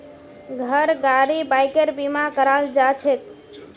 घर गाड़ी बाइकेर बीमा कराल जाछेक